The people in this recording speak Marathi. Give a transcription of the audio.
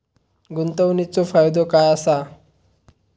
गुंतवणीचो फायदो काय असा?